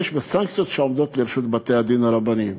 בסנקציות שעומדות לרשות בתי-הדין הרבניים.